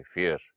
Fear